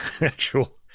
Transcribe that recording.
actual